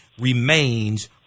remains